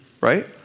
right